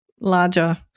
larger